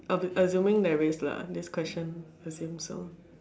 a~ assuming there is lah this question assumes so